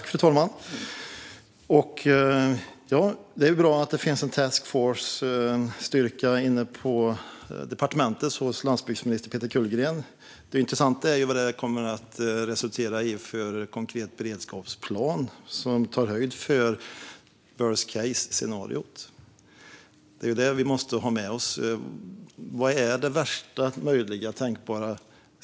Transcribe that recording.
Fru talman! Det är bra att det finns en task force inne på departementet hos landsbygdsminister Peter Kullgren, men det intressanta är ju om det kommer att resultera i en konkret beredskapsplan som tar höjd för worst case-scenariot. Det är nämligen det vi måste ha med oss: Vad är värsta tänkbara scenario?